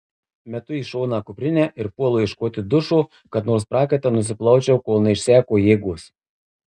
metu į šoną kuprinę ir puolu ieškoti dušo kad nors prakaitą nusiplaučiau kol neišseko jėgos